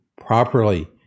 properly